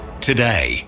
Today